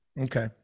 Okay